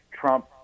Trump